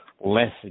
less